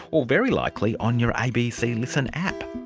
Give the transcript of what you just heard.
or very likely on your abc listen app